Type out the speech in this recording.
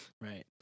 right